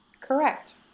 Correct